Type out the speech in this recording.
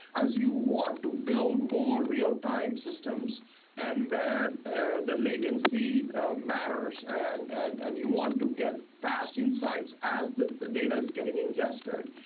as you want to build more real-time systems and that and the latency matters, and and and you want to get fast insights as the the data is getting ingested.